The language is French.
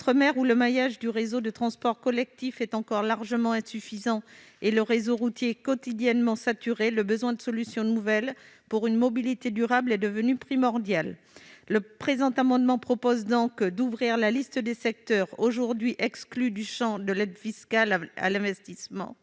outre-mer, où le maillage du réseau de transports collectifs est encore largement insuffisant et le réseau routier quotidiennement saturé, le besoin de solutions nouvelles pour une mobilité durable est devenu primordial. Le présent amendement vise donc à ouvrir la liste des secteurs bénéficiant du champ de l'aide fiscale à l'investissement